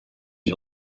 you